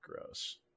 gross